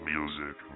music